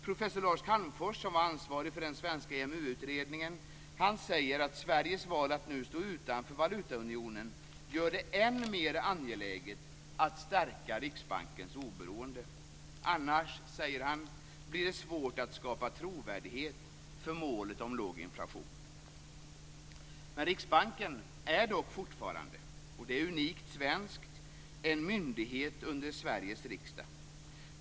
Professor Lars Calmfors, som var ansvarig för den svenska EMU-utredningen, säger att Sveriges val att nu stå utanför valutaunionen gör det än mer angeläget att stärka Riksbankens oberoende. Annars, säger han, blir det svårt att skapa trovärdighet för målet om låg inflation. Riksbanken är dock fortfarande - och det är unikt svenskt - en myndighet under Sveriges riksdag.